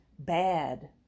bad